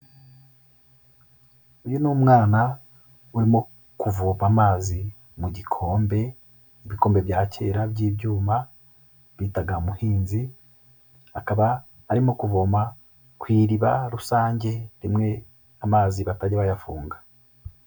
Uyu ni umwana urimo kuvoma amazi mu gikombe, ibikombe bya kera by'ibyuma bitaga muhinzi, akaba arimo kuvoma ku iriba rusange rimwe amazi batajya bayafunga.